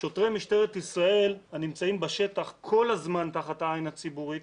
שוטרי משטרת ישראל הנמצאים בשטח כל הזמן תחת העין הציבורית